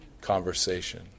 conversation